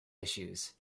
issues